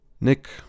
Nick